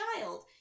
child